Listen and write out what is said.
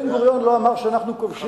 בן-גוריון לא אמר שאנחנו כובשים.